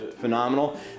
phenomenal